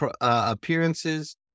Appearances